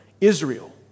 Israel